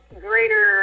greater